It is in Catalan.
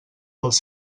dels